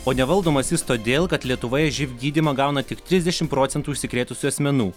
o nevaldomas jis todėl kad lietuvoje živ gydymą gauna tik trisdešimt procentų užsikrėtusių asmenų